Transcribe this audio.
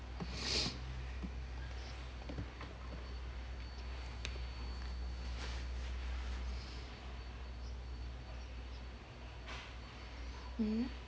mm